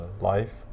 life